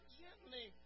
gently